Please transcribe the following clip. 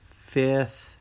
fifth